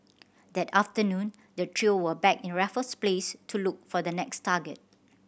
that afternoon the trio were back in Raffles Place to look for the next target